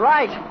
Right